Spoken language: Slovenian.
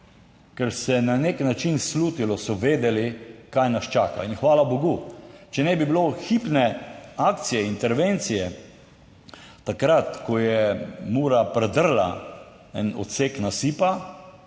se je na nek način slutilo, so vedeli, kaj nas čaka in hvala bogu, če ne bi bilo hipne akcije, intervencije, takrat, ko je Mura predrla en odsek nasipa,